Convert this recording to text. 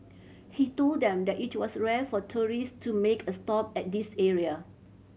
he told them that it was rare for tourist to make a stop at this area